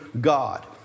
God